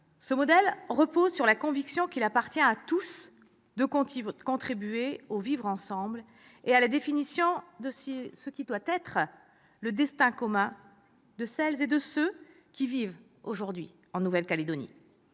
Ce modèle repose sur la conviction qu'il appartient à tous de contribuer au vivre ensemble et à la définition de ce que doit être le destin commun de celles et ceux qui vivent en Nouvelle-Calédonie.